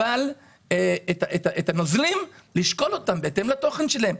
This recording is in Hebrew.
ואת הנוזל לשקול בהתאם לתוכן שלו.